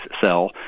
cell